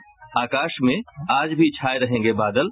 और आकाश में आज भी छाये रहेंगे बादल